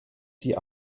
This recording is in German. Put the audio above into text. sie